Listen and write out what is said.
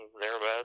thereabouts